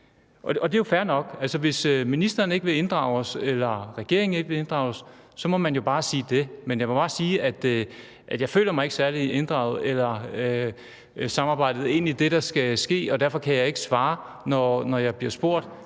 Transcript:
Det er jo fair nok, men hvis ministeren ikke vil inddrage os, eller regeringen ikke vil inddrage os, må man jo bare sige det. Men jeg må bare sige, at jeg ikke føler mig særlig inddraget i samarbejdet om det, der skal ske, og derfor kan jeg ikke svare, når jeg bliver spurgt